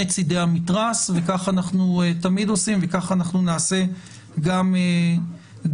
צדי המתרס וכך אנחנו תמיד עושים וכך אנחנו נעשה גם הפעם.